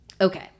Okay